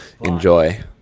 enjoy